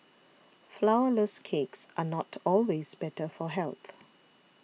Flourless Cakes are not always better for health